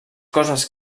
coses